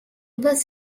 was